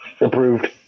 Approved